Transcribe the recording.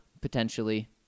potentially